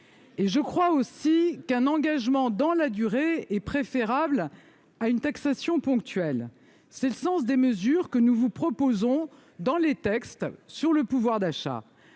Je crois également qu'un engagement dans la durée est préférable à une taxation ponctuelle. Tel est le sens des mesures que nous vous proposons dans les textes sur le pouvoir d'achat.